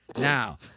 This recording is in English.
Now